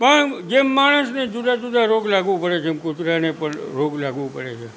પણ જેમ માણસને જુદા જુદા રોગ લાગુ પડે છે એમ કૂતરાને પણ રોગ લાગુ પડે છે